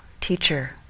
teacher